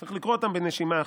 צריך לקרוא אותם בנשימה אחת.